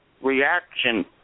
reaction